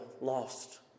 lost